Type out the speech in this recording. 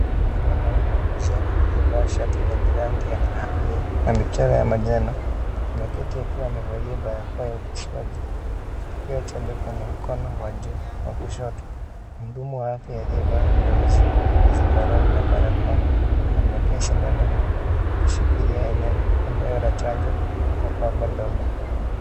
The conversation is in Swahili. Mwanaume Mzee aliyevaa shati lenye rangi ya kahawia na michoro ya manjano ameketi akiwa amevalia barakoa ya upasuaji akipokea chanjo kwenye mdomo wake wa juu wa kushoto. Mhudumu wa afya aliyevaa blousi ya zambarao na barakoa ,anamwekea sindano huku akishikilia eneo la chanjo kwa pane .ndogo.